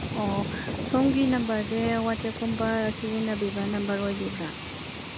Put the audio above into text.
ꯑꯣ ꯁꯣꯝꯒꯤ ꯅꯝꯕꯔꯁꯦ ꯋꯥꯆꯦꯞꯀꯨꯝꯕ ꯁꯤꯖꯤꯟꯅꯕꯤꯕ ꯅꯝꯕꯔ ꯑꯣꯏꯕꯤꯕ꯭ꯔꯥ